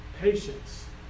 Patience